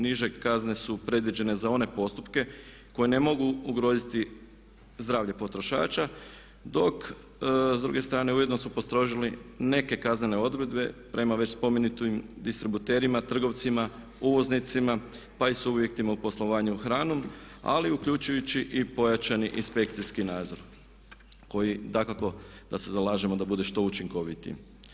Niže kazne su predviđene za one postupke koje ne mogu ugroziti zdravlje potrošača dok s druge strane ujedno su postrožili neke kaznene odredbe prema već spomenutim distributerima, trgovcima, uvoznicima pa i subjektima u poslovanju hranom ali uključujući i pojačani inspekcijski nadzor koji dakako da se zalažemo da bude što učinkovitiji.